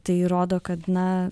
tai rodo kad na